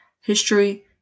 history